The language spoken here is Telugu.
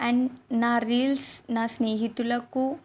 అండ్ నా రీల్స్ నా స్నేహితులకు